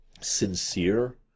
sincere